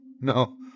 no